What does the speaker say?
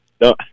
no